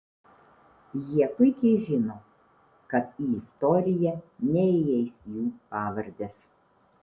jie puikiai žino kad į istoriją neįeis jų pavardės